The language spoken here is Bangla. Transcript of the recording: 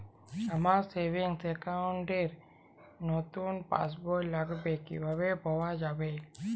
আমার সেভিংস অ্যাকাউন্ট র নতুন পাসবই লাগবে, কিভাবে পাওয়া যাবে?